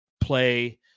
play